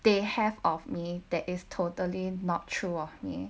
they have of me that is totally not true of me